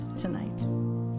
tonight